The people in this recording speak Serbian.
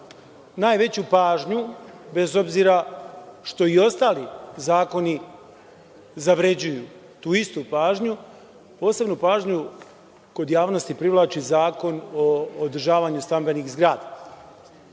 najveću pažnju, bez obzira što i ostali zakoni zavređuju tu istu pažnju, kod javnosti privlači Zakon o održavanju stambenih zgrada.